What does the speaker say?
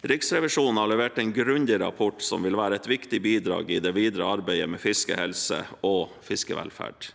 Riksrevisjonen har levert en grundig rapport som vil være et viktig bidrag i det videre arbeidet med fiskehelse og fiskevelferd.